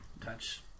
touch